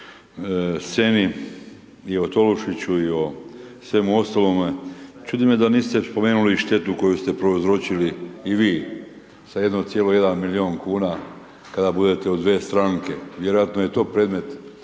sceni i o Tolušiću i o svemu ostalome, čudi me da niste spomenuli i štetu koju ste prouzročili i vi sa 1,1 milijun kuna kada budete u 2 stranke, vjerojatno je i to predmet